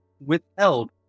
withheld